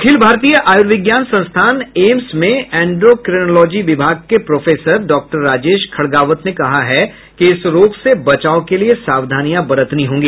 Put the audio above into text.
अखिल भारतीय आयुर्विज्ञान संस्थान एम्स में एंडोक्रिनोलॉजी विभाग के प्रोफेसर डॉक्टर राजेश खडगावत ने कहा है कि इस रोग से बचाव के लिए सावधानियां बरतनी होंगी